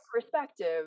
perspective